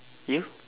you